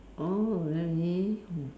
oh really mm